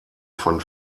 von